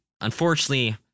Unfortunately